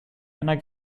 einer